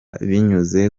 binyuze